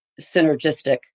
synergistic